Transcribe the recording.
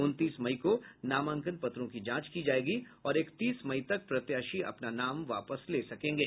उन्तीस मई को नामांकन पत्रों की जांच की जायेगी और इकतीस मई तक प्रत्याशी अपना नाम वापस ले सकेंगे